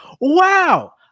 Wow